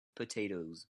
potatoes